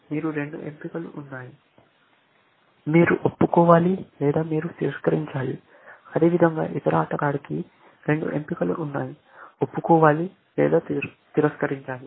మీకు రెండు ఎంపికలు ఉన్నాయి మీరు ఒప్పుకోవాలి లేదా మీరు తిరస్కరించాలి అదేవిధంగా ఇతర ఆటగాడికి రెండు ఎంపికలు ఉన్నాయి ఒప్పుకోవాలి లేదా తిరస్కరించాలి